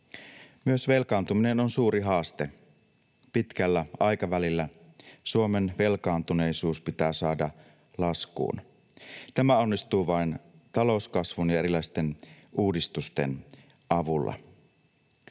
Myös velkaantuminen on suuri haaste. Pitkällä aikavälillä Suomen velkaantuneisuus pitää saada laskuun. Tämä onnistuu vain talouskasvun ja erilaisten uudistusten avulla.